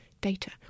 data